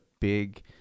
big